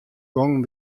gongen